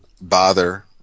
bother